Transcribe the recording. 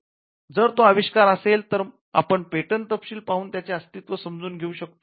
जर तो अविष्कार असेल तर आपण पेटंट तपशील पाहून त्याचे अस्तित्त्व समजुन घेऊ शकतो